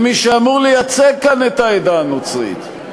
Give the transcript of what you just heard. מי שאמור לייצג כאן את העדה הנוצרית,